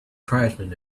tribesmen